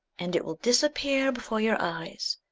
and it will disappear before your eyes.